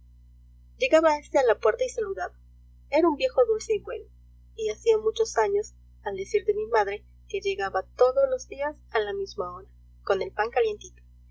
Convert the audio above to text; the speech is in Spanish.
llegaba éste a la puerta y saludaba era un viejo dulce y bueno y hacía muchos años al decir de mi madre que llegaba todos los días a la misma hora con el pan calientito